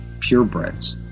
purebreds